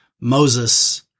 Moses